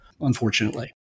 unfortunately